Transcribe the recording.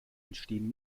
entstehen